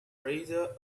rather